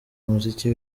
umuziki